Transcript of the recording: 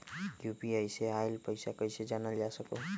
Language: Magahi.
यू.पी.आई से आईल पैसा कईसे जानल जा सकहु?